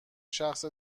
شخص